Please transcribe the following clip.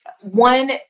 One